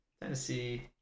Tennessee